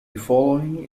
following